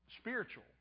spiritual